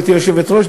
גברתי היושבת-ראש,